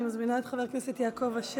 לוועדת העבודה, הרווחה והבריאות.